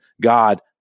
God